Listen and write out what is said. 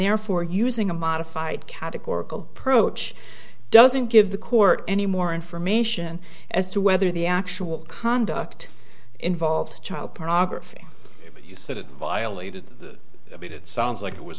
therefore using a modified categorical approach doesn't give the court any more information as to whether the actual conduct involved child pornography you said it violated i mean it sounds like it was